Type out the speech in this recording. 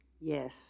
Yes